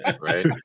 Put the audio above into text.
Right